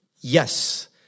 Yes